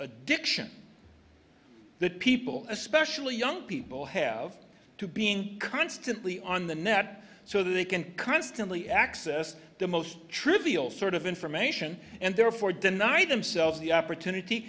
addiction that people especially young people have to being constantly on the net so they can constantly access the most trivial sort of information and therefore deny themselves the opportunity